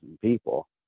people